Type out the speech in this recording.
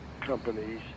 companies